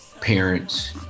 parents